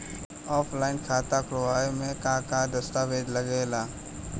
Offline खाता खुलावे म का का दस्तावेज लगा ता?